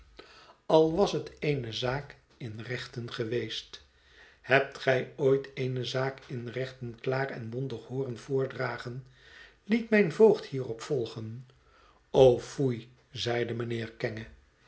al was het eene zaak in rechten geweest hebt gij ooit eene zaak in rechten klaar en bondig hooren voordragen liet mijn voogd hierop volgen o foei zeide mijnheer kenge